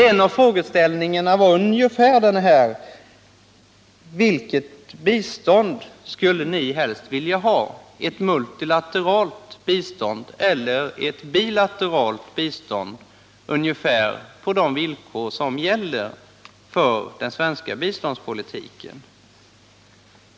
En av frågeställningarna var ungefär den här: Vilket bistånd skulle ni helst vilja ha, ett multilateralt eller ett bilateralt bistånd på ungefär de villkor som gäller för den svenska biståndspolitiken?